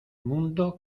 mundo